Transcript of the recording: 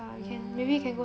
um